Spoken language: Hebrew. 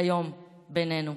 היום בינינו.